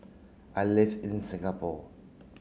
I live in Singapore